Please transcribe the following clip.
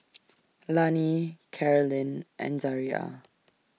Lani Carolynn and Zaria